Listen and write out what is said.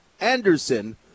Anderson